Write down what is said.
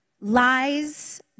lies